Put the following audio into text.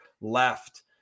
left